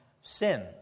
sin